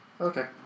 Okay